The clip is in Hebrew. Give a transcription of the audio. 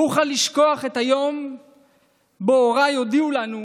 לא אוכל לשכוח את היום שבו הוריי הודיעו לנו,